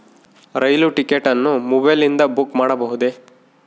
ರೈಲು ticket ಅನ್ನು ಮೊಬೈಲಿಂದ book ಮಾಡಬಹುದೆ?